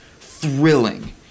thrilling